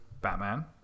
Batman